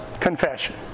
confession